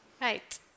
Right